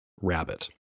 rabbit